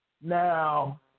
Now